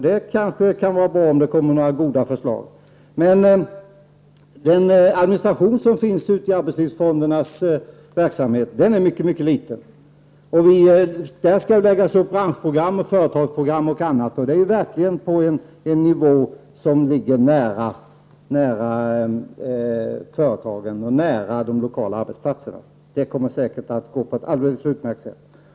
Det kanske kan vara bra om det kommer några goda förslag därifrån. Administrationen av arbetslivsfondernas verksamhet är mycket liten. Det skall läggas upp branschprogram, företagsprogram och annat, och det sker verkligen på en nivå som ligger nära företagen och de lokala arbetsplatserna. Det kommer säkert att gå alldeles utmärkt.